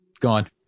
gone